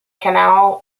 canal